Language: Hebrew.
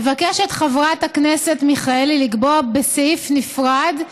מבקשת חברת הכנסת מיכאלי לקבוע בסעיף נפרד,